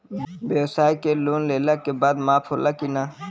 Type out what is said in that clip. ब्यवसाय के लोन लेहला के बाद माफ़ होला की ना?